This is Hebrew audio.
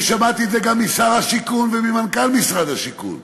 אני שמעתי את זה גם משר השיכון וממנכ"ל משרד השיכון,